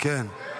טוב.